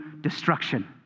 destruction